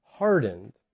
Hardened